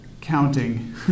counting